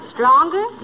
Stronger